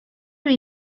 wie